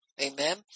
Amen